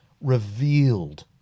revealed